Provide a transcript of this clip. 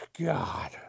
God